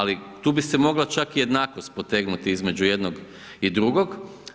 Ali tu bi se mogla čak i jednakost potegnuti između jednog i drugog.